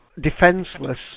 defenseless